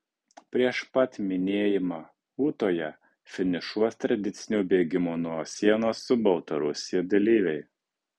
prieš pat minėjimą ūtoje finišuos tradicinio bėgimo nuo sienos su baltarusija dalyviai